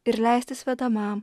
ir leistis vedamam